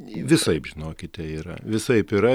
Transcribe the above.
visaip žinokite yra visaip yra